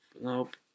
nope